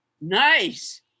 Nice